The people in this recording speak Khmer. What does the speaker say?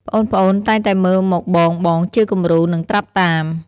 ប្អូនៗតែងតែមើលមកបងៗជាគំរូ និងត្រាប់តាម។